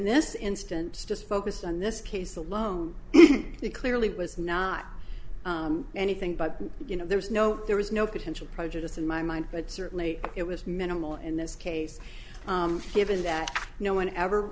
this instance just focused on this case alone it clearly was not anything but you know there was no there was no potential prejudice in my mind but certainly it was minimal in this case given that no one ever